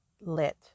Lit